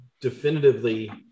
definitively